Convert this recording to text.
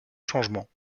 changements